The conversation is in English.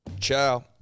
Ciao